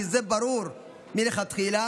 כי זה ברור מלכתחילה,